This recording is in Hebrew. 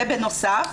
ובנוסף